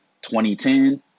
2010